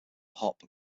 hop